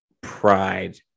pride